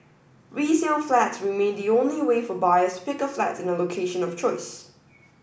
resale flats remain the only way for buyers to pick a flat in a location of choice